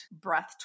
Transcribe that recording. breath